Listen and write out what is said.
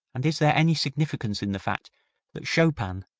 and is there any significance in the fact that chopin,